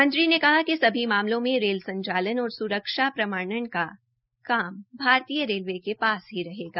मंत्री ने कहा कि सभी मामलों में रेल संचालन और स्रक्षा प्रमाणन का काम भारतीय रेलवे के पास ही रहेगा